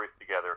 together